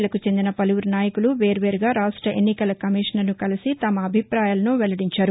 లకు చెందిన పలువురు నాయకులు వేర్వేరుగా రాష్ట్ర ఎన్నికల కమిషనర్ను కలిసి తమ అభిపాయాలను వెల్లడించారు